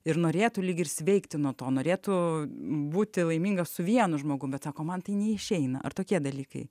ir norėtų lyg ir sveikti nuo to norėtų būti laimingas su vienu žmogum bet sako man tai neišeina ar tokie dalykai